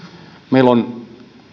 meillä on